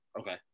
Okay